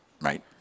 right